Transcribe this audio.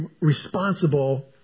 responsible